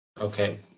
Okay